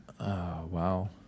Wow